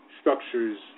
structures